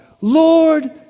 Lord